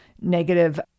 negative